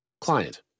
Client